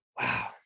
Wow